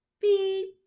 beep